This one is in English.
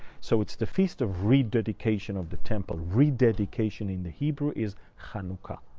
so it's the feast of rededication of the temple. rededication in the hebrew is hanukkah.